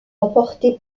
emporté